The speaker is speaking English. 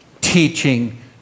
teaching